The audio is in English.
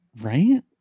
Right